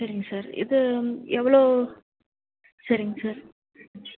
சரிங்க சார் இது எவ்வளோ சரிங்க சார்